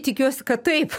tikiuosi kad taip